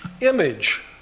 image